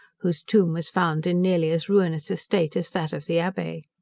whose tomb was found in nearly as ruinous a state as that of the abbe.